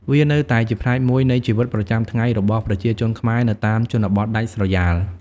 វានៅតែជាផ្នែកមួយនៃជីវិតប្រចាំថ្ងៃរបស់ប្រជាជនខ្មែរនៅតាមជនបទដាច់ស្រយាល។